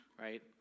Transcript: right